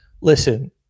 listen